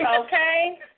Okay